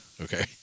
okay